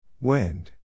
Wind